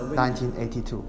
1982